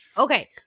Okay